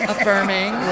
Affirming